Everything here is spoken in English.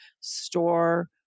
store